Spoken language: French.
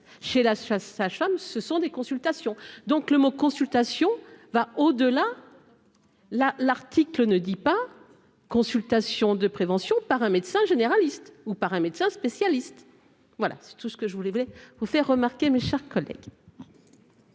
chez la chasse ça chôme, ce sont des consultations donc le mot consultation va au delà, là, l'article ne dit pas : consultations de prévention par un médecin généraliste ou par un médecin spécialiste, voilà c'est tout ce que je voulais vous allez vous faire remarquer, mes chers collègues.